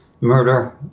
murder